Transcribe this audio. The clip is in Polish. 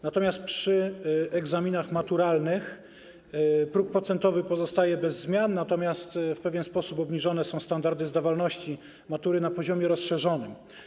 Natomiast przy egzaminach maturalnych próg procentowy pozostaje bez zmian, za to w pewien sposób obniżone są standardy zdawalności matury na poziomie rozszerzonym.